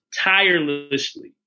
tirelessly